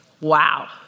Wow